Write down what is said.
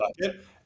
bucket